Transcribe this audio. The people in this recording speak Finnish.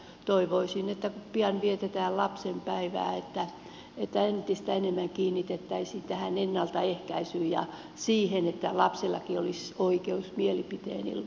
toivoisin että kun pian vietetään lapsen päivää niin entistä enemmän kiinnitettäisiin huomiota tähän ennaltaehkäisyyn ja siihen että lapsellakin olisi oikeus mielipiteen ilmaisuun